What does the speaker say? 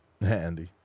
Andy